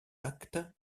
acte